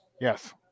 Yes